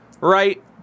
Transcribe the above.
right